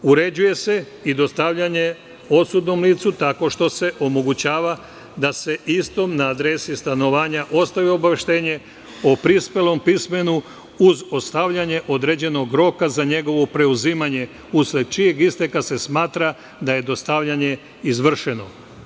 Uređuje se i dostavljanje odsutnom licu tako što se omogućava da se istom na adresi stanovanja ostavi obaveštenje o prispelom pismenu, uz ostavljanje određenog roka za njegovo preuzimanje, usled čijeg isteka se smatra da je dostavljanje izvršeno.